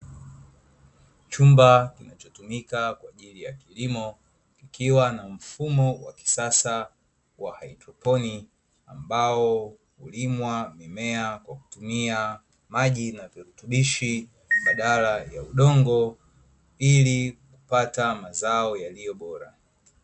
Chumba kinachotumika kwaajili ya kilimo kikiwa na mfumo wa kisasa wa haidroponi, ambao hulimwa mimea kwa kutumia maji na virutubisho badala ya udongo ili kupata mazao yaliyo bora.